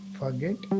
forget